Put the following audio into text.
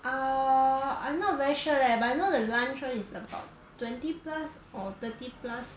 err I'm not very sure leh but I know the lunch one is about twenty plus or thirty plus